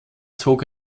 zog